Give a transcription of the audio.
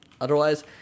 otherwise